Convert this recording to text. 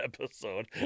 episode